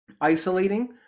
isolating